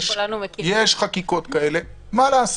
יש חקיקות כאלה, מה לעשות,